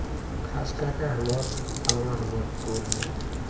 खास कएके हमर गाँव हमर टोलमे